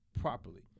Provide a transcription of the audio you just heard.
properly